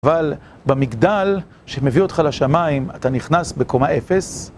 אבל במגדל שמביא אותך לשמיים, אתה נכנס בקומה אפס.